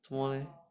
做么 leh